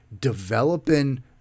developing